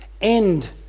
end